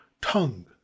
tongue